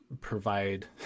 provide